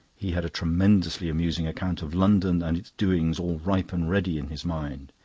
he had a tremendously amusing account of london and its doings all ripe and ready in his mind.